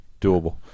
Doable